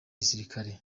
gisirikare